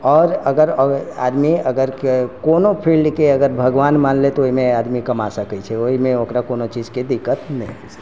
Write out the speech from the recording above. आओर अगर अगर आदमी अगर कोनो फील्डके अगर भगवान मानि लय तऽ ओहिमे आदमी कमा सकै छै ओहिमे ओकरा कोनो चीजके दिक्कत नहि हेतै